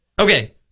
Okay